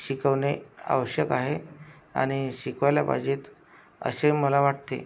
शिकवने आवश्यक आहे आनि शिकवायला पायजेत अशे मला वाटते